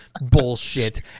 bullshit